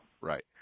Right